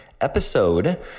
episode